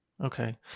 Okay